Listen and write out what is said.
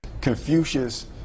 Confucius